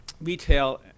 retail